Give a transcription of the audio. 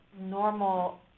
normal